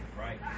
right